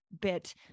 bit